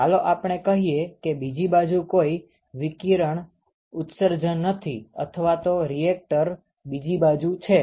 ચાલો આપણે કહીએ કે બીજી બાજુ કોઈ વિકિરણ ઉત્સર્જન નથી અથવા તો રીએક્ટર બીજી બાજુ છે